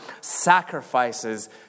sacrifices